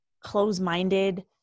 close-minded